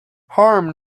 harm